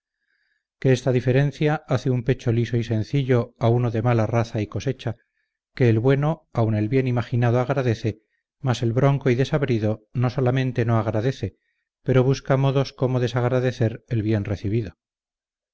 que esta diferencia hace un pecho liso y sencillo a uno de mala raza y cosecha que el bueno aun el bien imaginado agradece mas el bronco y desabrido no solamente no agradece pero busca modos cómo desagradecer el bien recibido